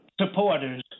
supporters